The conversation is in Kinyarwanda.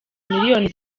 miliyoni